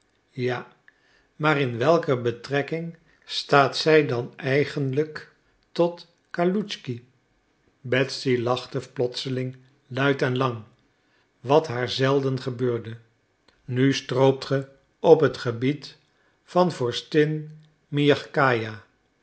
ja maar in welke betrekking staat zij dan eigenlijk tot kaluschky betsy lachte plotseling luid en lang wat haar zelden gebeurde nu stroopt ge op het gebied van vorstin miagkaja